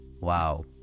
wow